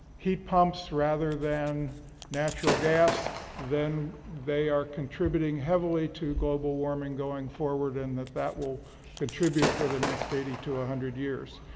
heat pumps rather than natural gas, then they are contributing heavily to global warming going forward and that that will contribute for the next eighty to a hundred years.